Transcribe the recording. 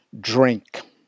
Drink